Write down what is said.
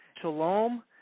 Shalom